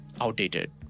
outdated